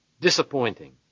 disappointing